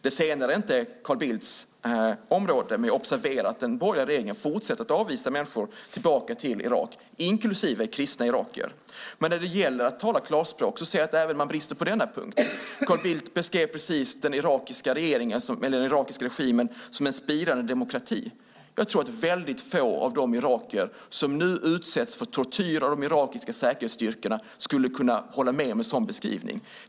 Det senare är inte Carl Bildts område, men jag observerar att den borgerliga regeringen fortsätter att avvisa människor tillbaka till Irak - inklusive kristna irakier. När det gäller att tala klarspråk ser jag att man brister även på denna punkt. Carl Bildt beskrev just den irakiska regimen som en spirande demokrati. Jag tror att väldigt få av de irakier som nu utsätts för tortyr av de irakiska säkerhetsstyrkorna skulle hålla med om en sådan beskrivning.